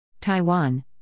Taiwan